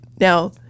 Now